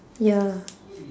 ya